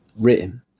Written